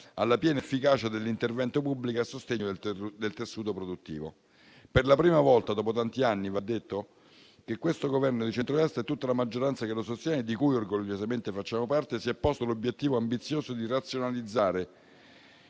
alla piena efficacia dell'intervento pubblico a sostegno del tessuto produttivo. Per la prima volta dopo tanti anni - va detto - questo Governo di centrodestra e tutta la maggioranza che lo sostiene, di cui orgogliosamente facciamo parte, si è posto l'obiettivo ambizioso di razionalizzare